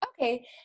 Okay